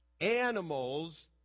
animals